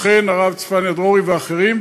אכן הרב צפניה דרורי ואחרים,